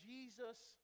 Jesus